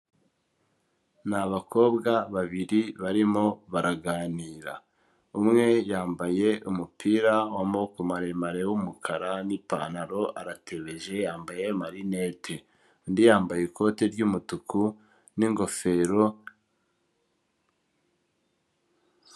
Ni abakobwa babiri barimo baraganira, umwe yambaye umupira w'amaboko maremare w'umukara n'ipantaro aratebeje, yambaye amarinete; undi yambaye ikoti ry'umutuku n'ingofero...